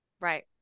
Right